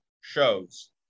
shows